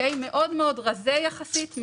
מאוד מאוד רזה יחסית,